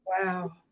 wow